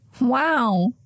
Wow